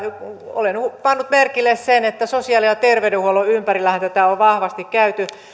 olen pannut merkille että sosiaali ja terveydenhuollon ympärillähän tätä on vahvasti käyty